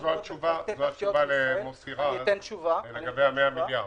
זאת התשובה למוסי רז לגבי ה-100 מיליארד.